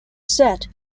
set